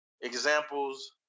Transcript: Examples